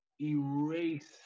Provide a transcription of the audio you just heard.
erase